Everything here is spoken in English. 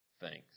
thanks